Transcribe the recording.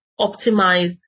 optimized